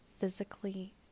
physically